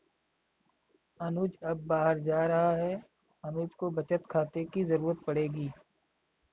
अनुज अब बाहर जा रहा है अनुज को बचत खाते की जरूरत पड़ेगी